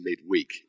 midweek